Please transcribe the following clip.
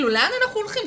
לאן אנחנו הולכים?